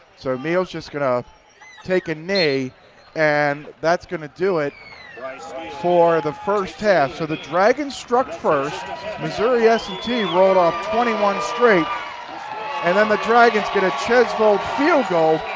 so meehl's just gonna take a knee and that's going to do it for the first half. so, the dragons struck first missouri s and t rolled off twenty one straight and then the dragons get a tjosvold field goal.